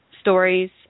stories